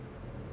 ஆமா:aamaa